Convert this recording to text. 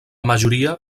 majoria